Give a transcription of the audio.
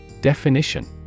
Definition